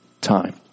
time